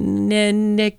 ne ne